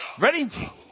Ready